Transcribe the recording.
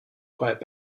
quite